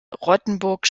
rottenburg